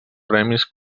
premis